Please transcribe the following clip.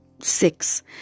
Six